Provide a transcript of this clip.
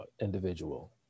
individual